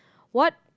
what